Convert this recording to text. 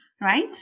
right